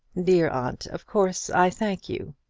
dear aunt, of course i thank you.